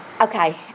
Okay